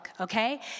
okay